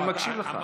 אני מקשיב לך.